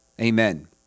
Amen